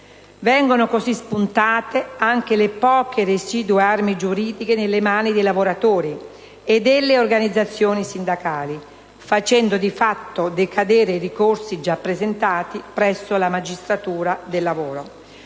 Vengono così spuntate anche le poche residue armi giuridiche nelle mani dei lavoratori e delle organizzazioni sindacali, facendo di fatto decadere i ricorsi già presentati presso la magistratura del lavoro.